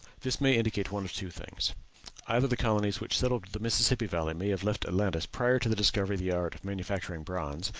this may indicate one of two things either the colonies which settled the mississippi valley may have left atlantis prior to the discovery of the art of manufacturing bronze,